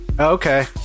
Okay